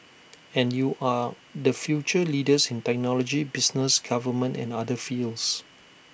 and you are the future leaders in technology business government and other fields